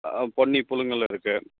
பொன்னி புலுங்கல் இருக்குது